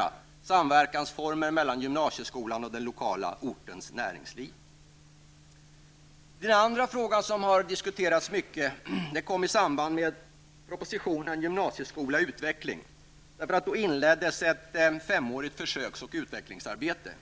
Det gäller då teknikcentra, former för samverkan mellan gymnasieskolan och den lokala ortens näringsliv. Så till en annan sak som har diskuterats mycket och som aktualiserades i samband med propositionen Gymnasieskola i utveckling. Då inleddes nämligen ett femårigt försöks och utvecklingsarbete.